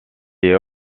est